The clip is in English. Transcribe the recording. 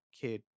kid